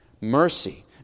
Mercy